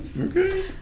okay